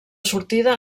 sortida